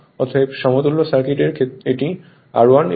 অতএব সমতুল্য সার্কিট এর এটি R1 এবং এটি X1